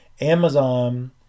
Amazon